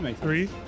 Three